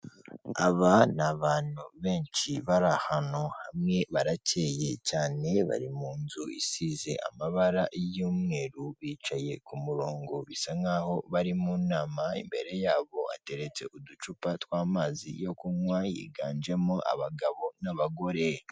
Aba ni abantu benshi bari ahantu hamwe, barakeye cyane, bari mu nzu isize amabara y'umweru, bicaye ku murongo bisa nkaho bari mu nama, imbere yabo hateretse uducupa tw'amazi yo kunywa, higanjemo abagabo n'abagore.